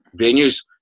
venues